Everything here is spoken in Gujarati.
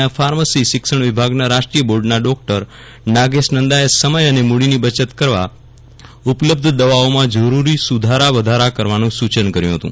ના ફાર્મસી શિક્ષણ વિભાગના રાષ્ટ્રીય બોર્ડના ડોક્ટર નાગેશ નંદાએ સમય અને મૂડીની બચત કરવા ઉપલબ્ધ દવાઓમાં જરૂરી સુધારા વધારા કરવાનું સૂચન કર્યું હતું